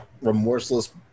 remorseless